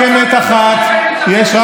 את מה